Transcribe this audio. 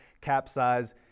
capsize